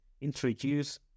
introduce